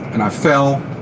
and i fell,